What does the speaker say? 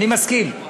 אני מסכים.